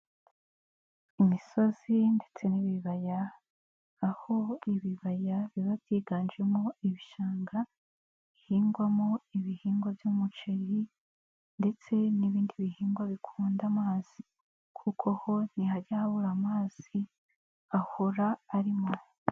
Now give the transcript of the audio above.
Imisozi ndetse n'ibibaya aho ibibaya biba byiganjemo ibishanga bihingwamo ibihingwa by'umuceri ndetse n'ibindi bihingwa bikunda amazi kuko ho ntihajya habura amazi, ahora arimo.